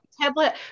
tablet